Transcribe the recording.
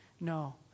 No